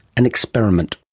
an experiment.